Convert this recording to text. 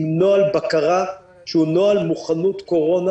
עם נוהל בקרה שהוא נוהל מוכנות קורונה,